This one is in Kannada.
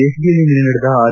ದೆಹಲಿಯಲ್ಲಿ ನಿನ್ನೆ ನಡೆದ ಆರ್